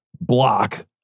block